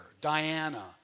Diana